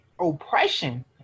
oppression